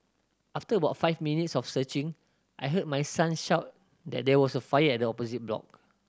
after was five minutes of searching I heard my son shout that there was a fire at the opposite block